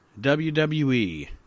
WWE